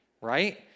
right